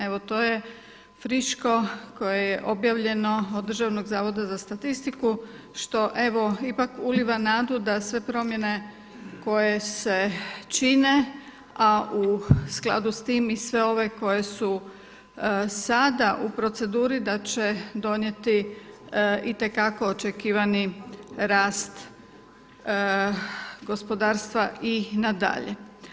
Evo to je friško koje je objavljeno od Državnog zavoda za statistiku, što evo ipak uliva nadu da sve promjene koje se čine, a u skladu s tim i sve ove koje su sada u proceduri da će donijeti i te kako očekivani rast gospodarstva i nadalje.